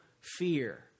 fear